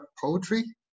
poetry